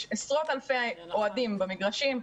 יש עשרות אלפי אוהדים במגרשים,